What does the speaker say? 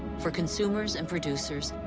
for consumers and producers,